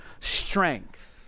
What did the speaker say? strength